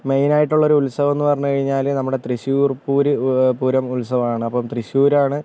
main ആയിട്ട് ഉള്ള ഉത്സവം എന്ന് പറഞ്ഞ് കഴിഞ്ഞാല് നമ്മുടെ തൃശ്ശൂർ പൂര് പുരം ഉത്സവമാണ് അപ്പം തൃശൂരാണ്